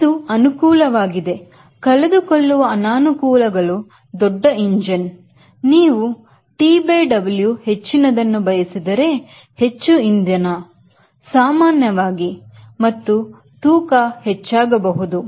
ಆದ್ದರಿಂದ ಇದು ಅನುಕೂಲವಾಗಿದೆ ಕಳೆದುಕೊಳ್ಳುವ ಅನಾನುಕೂಲಗಳು ದೊಡ್ಡ ಇಂಜಿನ್ ನೀವು TW ಹೆಚ್ಚಿನದನ್ನು ಬಯಸಿದರೆ ಹೆಚ್ಚು ಇಂಧನ ಸಾಮಾನ್ಯವಾಗಿ ಮತ್ತು ತೂಕ ಹೆಚ್ಚಾಗಬಹುದು